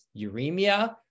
uremia